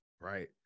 right